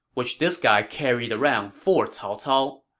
which this guy carried around for cao cao.